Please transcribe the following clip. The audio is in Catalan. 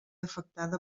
afectada